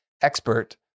expert